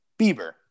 Bieber